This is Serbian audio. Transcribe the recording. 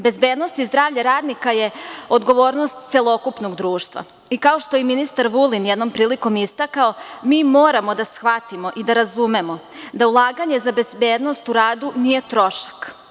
Bezbednost i zdravlje radnika je odgovornost celokupnog društva i kao što je ministar Vulin jednom prilikom istakao mi moramo da shvatimo i da razumemo da ulaganje za bezbednost u radu nije trošak.